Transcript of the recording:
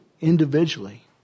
individually